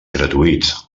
gratuïts